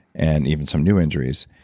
and even some new injuries.